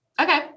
Okay